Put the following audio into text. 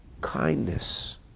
kindness